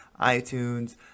iTunes